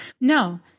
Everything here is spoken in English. No